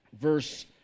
verse